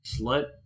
SLUT